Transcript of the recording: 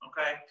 Okay